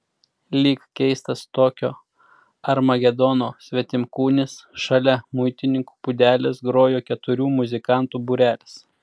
lyg keistas tokio armagedono svetimkūnis šalia muitininkų būdelės grojo keturių muzikantų būrelis